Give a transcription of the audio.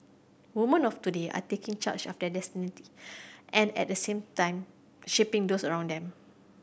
woman of today are taking charge of their destiny and at the same time shaping those around them